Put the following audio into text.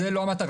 זו לא המטרה,